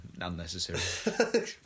Unnecessary